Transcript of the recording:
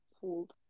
pulled